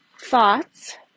thoughts